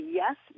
yes